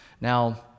Now